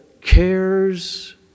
cares